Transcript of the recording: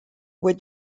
were